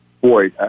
boy